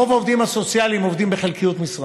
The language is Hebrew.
רוב העובדים הסוציאליים עובדים בחלקיות משרה,